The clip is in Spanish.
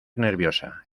nerviosa